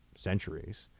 centuries